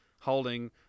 holding